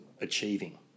achieving